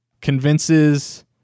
convinces